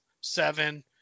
seven